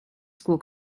school